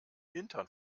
hintern